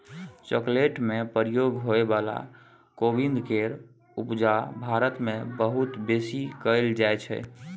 chocolate में प्रयोग होइ बला कोविंद केर उपजा भारत मे बहुत बेसी कएल जाइ छै